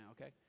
okay